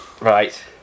Right